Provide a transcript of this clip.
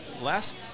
last